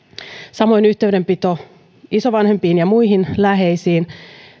samoin yhteydenpito isovanhempiin ja muihin läheisiin